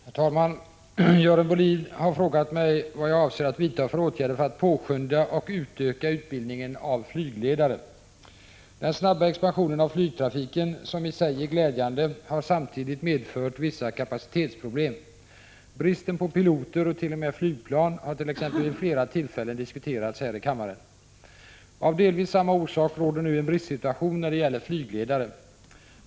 Herr talman! Görel Bohlin har frågat mig vad jag avser vidta för åtgärder för att påskynda och utöka utbildningen av flygledare. Den snabba expansionen av flygtrafiken, som i sig är glädjande, har samtidigt medfört vissa kapacitetsproblem. Bristen på piloter och t.o.m. flygplan har t.ex. vid flera tillfällen diskuterats här i kammaren. Av delvis samma orsak råder nu en bristsituation när det gäller flygledare.